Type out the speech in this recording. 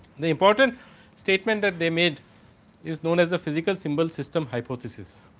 the important statement that they maid is known as the physical symbol system hypothesis.